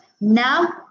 Now